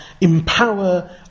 empower